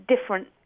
different